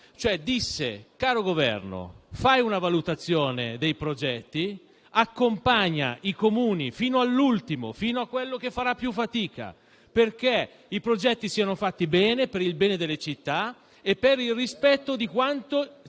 Governo: «Caro Governo, fai una valutazione dei progetti e accompagna i Comuni fino all'ultimo, fino a quello che farà più fatica, perché i progetti siano fatti bene, per il bene delle città e per il rispetto di quanto